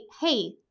hey